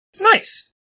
Nice